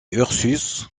ursus